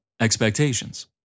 expectations